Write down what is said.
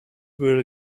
will